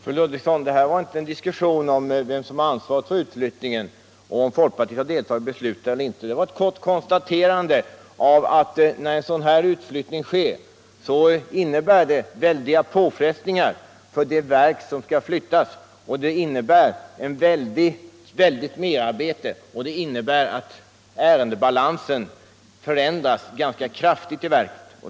Fru talman! Fru Ludvigsson, det här var inte en diskussion om vem som har ansvaret för utflyttningen och huruvida folkpartiet har deltagit i det beslutet eller inte. Det var ett kort konstaterande av att när en sådan utflyttning sker innebär det stora påfrestningar och ett väldigt merarbete för det verk som skall flyttas, och det innebär att ärendebalansen förändras ganska kraftigt i verket.